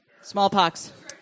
smallpox